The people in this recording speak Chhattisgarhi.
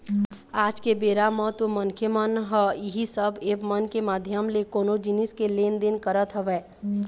आज के बेरा म तो मनखे मन ह इही सब ऐप मन के माधियम ले कोनो जिनिस के लेन देन करत हवय